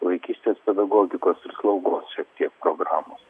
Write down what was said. vaikystės pedagogikos ir slaugos šiek tiek programos